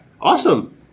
Awesome